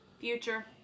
Future